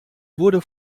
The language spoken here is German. wurde